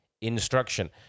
instruction